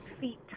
feet